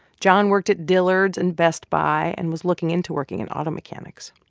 jon worked at dillard's and best buy and was looking into working in auto mechanics.